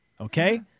Okay